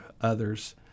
others